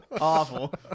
Awful